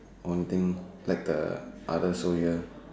or anything like the other soldier